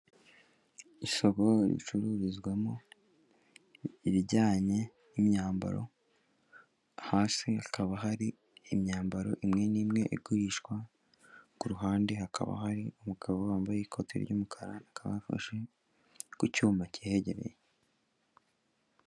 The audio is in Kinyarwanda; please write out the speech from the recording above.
Isoko ricururizwamo ibijyanye n'imyambaro, hasi hakaba hari imyambaro imwe n'imwe igurishwa, ku ruhande hakaba hari umugabo wambaye ikoti ry'umukara, akaba afashe ku cyuma kihegereye.